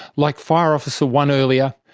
like fire officer one earlier,